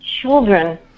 children